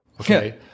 Okay